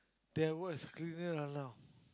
then I work as cleaner ah now